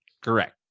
Correct